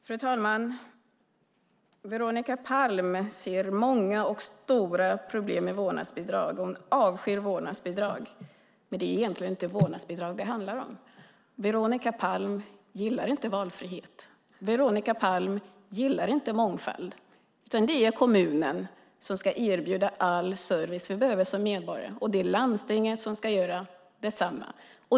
Fru talman! Veronica Palm ser många och stora problem med vårdnadsbidrag. Hon avskyr vårdnadsbidrag. Det är dock egentligen inte vårdnadsbidrag det handlar om. Veronica Palm gillar inte valfrihet. Veronica Palm gillar inte mångfald. Det är i stället kommunen som ska erbjuda all service vi behöver som medborgare, och landstingen ska göra detsamma.